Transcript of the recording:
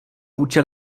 účel